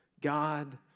God